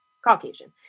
Caucasian